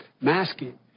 masking